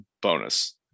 bonus